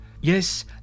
Yes